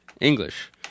English